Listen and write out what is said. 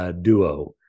duo